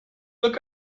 look